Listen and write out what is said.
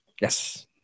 Yes